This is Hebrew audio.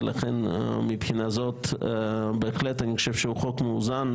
ולכן מבחינה זאת בהחלט אני חושב שהוא חוק מאוזן,